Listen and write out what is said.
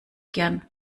gern